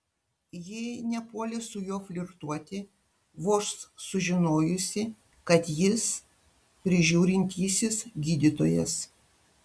ji nepuolė su juo flirtuoti vos sužinojusi kad jis prižiūrintysis gydytojas